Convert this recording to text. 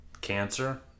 cancer